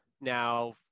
now